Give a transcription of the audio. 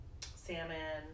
salmon